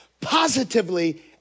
positively